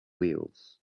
wheels